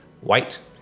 white